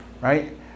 Right